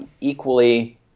equally